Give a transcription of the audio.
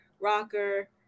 Rocker